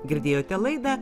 girdėjote laidą